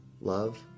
Love